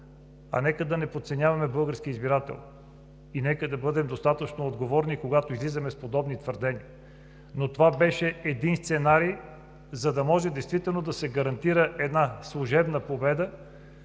Нека да не подценяваме българския избирател и нека да бъдем достатъчно отговорни, когато излизаме с подобни твърдения. Това беше един сценарий, за да може действително да се гарантира една служебна победа